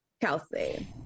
Kelsey